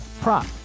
prop